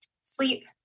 sleep